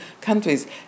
countries